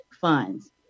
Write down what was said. funds